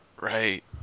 Right